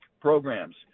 programs